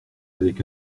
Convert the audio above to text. avec